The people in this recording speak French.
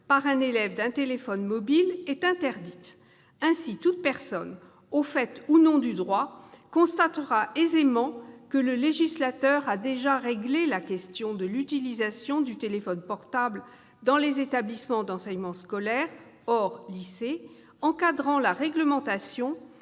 par un élève, d'un téléphone mobile est interdite ». Ainsi, toute personne, au fait ou non du droit, constatera-t-elle aisément que le législateur a déjà réglé la question de l'utilisation du téléphone portable dans les établissements d'enseignement scolaire hors lycées, encadrant la réglementation